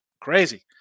Crazy